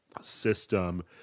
system